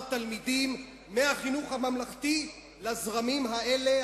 תלמידים מהחינוך הממלכתי לזרמים האלה,